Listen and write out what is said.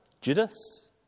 Judas